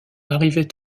arrivait